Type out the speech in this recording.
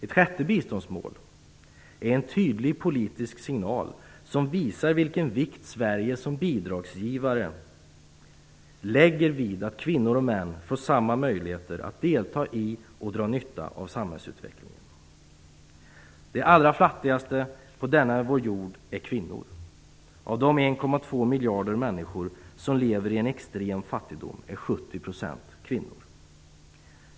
Ett sjätte biståndsmål är en tydlig politisk signal som visar vilken vikt Sverige som bidragsgivare lägger vid att kvinnor och män får samma möjligheter att delta i och dra nytta av samhällsutvecklingen. De allra fattigaste på denna vår jord är kvinnor. Av de 1,2 miljarder människor som lever i extrem fattigdom är 70 % kvinnor.